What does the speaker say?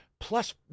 plus